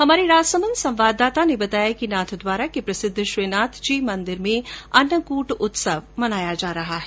हमारे राजसमंद संवाददाता ने बताया कि नाथद्वारा के प्रसिद्ध श्रीनाथजी मंदिर मे अन्नकूट उत्सव मनाया जा रहा है